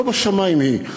לא בשמים היא.